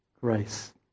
grace